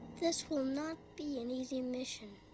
this will not be an easy mission,